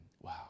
Wow